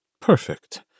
Perfect